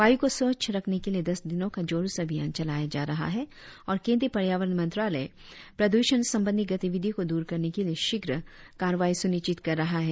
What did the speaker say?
वायु को स्वच्छ रखने के लिए दस दिनों का जोरों से अभियान चलाया जा रहा है और केंद्रीय पर्यावरण मंत्रालय प्रदूषण संबंधी गतिविधियों को दूर करने के लिए शीघ्र कार्रवाई सुनिश्चित कर रहा है